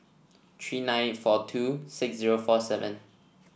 three nine four two six zero four seven